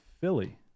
Philly